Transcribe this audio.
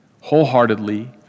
wholeheartedly